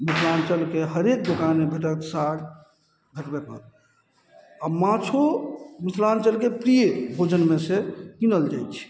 मिथिलाञ्चलके हरेक दोकानमे भेटत साग भेटबै करत आ माछो मिथिलाञ्चलके प्रिय भोजनमे सऽ गिनल जाइ छै